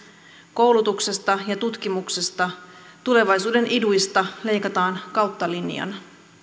koulutuksesta ja tutkimuksesta tulevaisuuden iduista leikataan kautta linjan